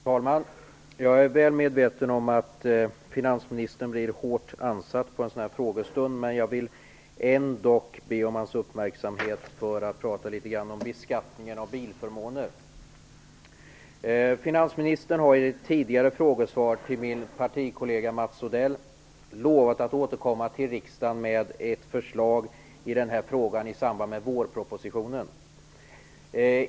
Fru talman! Jag är väl medveten om att finansministern blir hårt ansatt vid en sådan här frågestund, men jag vill ändock be om hans uppmärksamhet för att tala litet om beskattningen av bilförmåner. Finansministern har i ett tidigare frågesvar till min partikollega Mats Odell lovat att återkomma till riksdagen med ett förslag i den här frågan i samband med vårpropositionen.